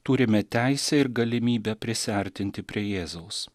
turime teisę ir galimybę prisiartinti prie jėzaus